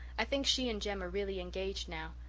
i think she and jem are really engaged now.